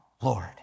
Lord